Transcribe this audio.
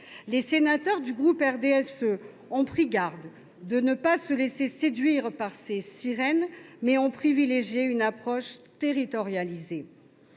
Les sénateurs du groupe du RDSE ont pris garde de ne pas se laisser séduire par ces sirènes et ont privilégié une approche territorialisée.